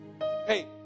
hey